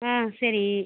ஆ சரி